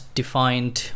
defined